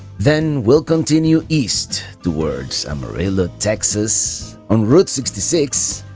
then we'll continue east towards amarillo, texas on route sixty six.